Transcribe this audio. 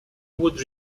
would